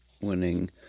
Winning